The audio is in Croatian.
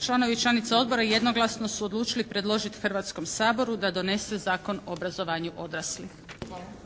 članovi i članice Odbora jednoglasno su odlučili predložiti Hrvatskom saboru da donese Zakon o obrazovanju odraslih.